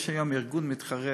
יש היום ארגון מתחרה